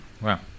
Wow